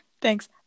Thanks